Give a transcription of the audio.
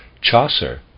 Chaucer